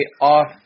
off